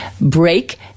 Break